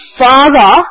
father